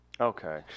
Okay